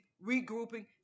regrouping